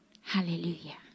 Hallelujah